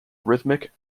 rhythmic